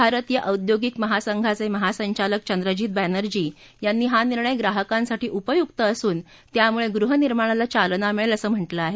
भारतीय औद्यागिक महासंघाचे महासंघालक चंद्रजित बेंनर्जी यांनी हा निर्णय ग्राहकांसाठी उपयुक असून त्यामुळे गृहनिर्माणाला चालना मिळेल असं म्हटलं आहे